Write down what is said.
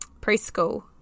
preschool